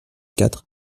quatre